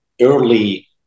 early